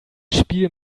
spiel